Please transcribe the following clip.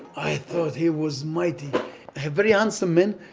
i thought he was mighty. a very handsome man,